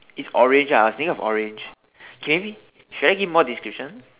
it's orange ah I was thinking of orange okay maybe should I give more description